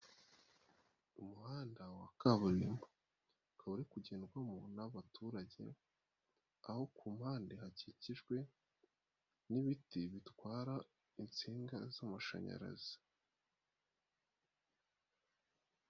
Umuhanda wa kaburimbo uri kugendwamo n'abaturage. Aho ku mpande hakikijwe n'ibiti bitwara insinga z'amashanyarazi.